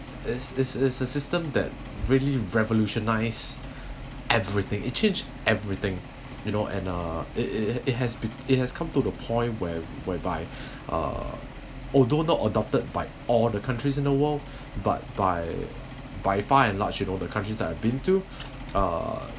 is is is a system that really revolutionise everything it change everything you know and uh it it it has be~ it has come to a point where whereby uh although not adopted by all the countries in the world but by by far and large you know the countries that I've been to uh